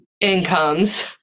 incomes